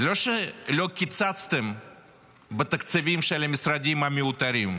זה לא שלא קיצצתם בתקציבים של המשרדים המיותרים,